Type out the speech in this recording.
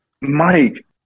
Mike